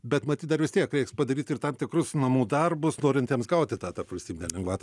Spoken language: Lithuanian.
bet matyt dar vis tiek reiks padaryt ir tam tikrus namų darbus norintiems gauti tą tarpvalstybinę lengvatą